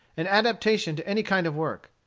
and adaptation to any kind of work.